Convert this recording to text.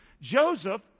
Joseph